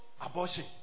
abortion